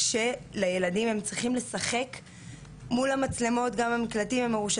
הילדים צריכים לשחק מול המצלמות כי אבא צריך לראות אותנו משחקים.